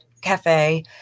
cafe